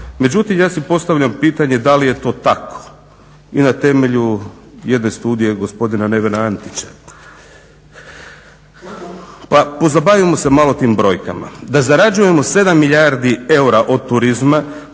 Međutim ja si postavljam pitanje da li je to tako? I na temelju jedne studije gospodina Nevena Andrića. Pa pozabavimo se malo tim brojkama, da zarađujemo 7 milijardi eura od turizma